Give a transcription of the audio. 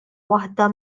waħda